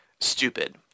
stupid